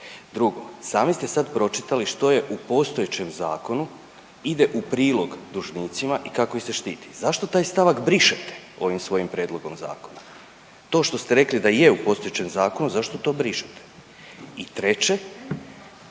Drugo, sami ste sad pročitali što je u postojećem zakonu ide u prilog dužnicima i kako ih se štiti, zašto taj stavak brišete ovim svojim prijedlogom zakona? To što ste rekli da je u postojećem zakonu, zašto to brišete? I treće,